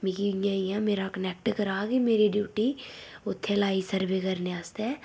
मिगी इयां इयां मेरा कोनैक्ट करा कि मेरी ड्यूटी उत्थै लाई सर्वे करने आस्तै